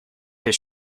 his